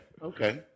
Okay